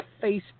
face